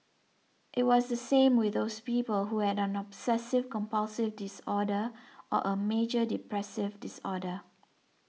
it was the same with those people who had an obsessive compulsive disorder or a major depressive disorder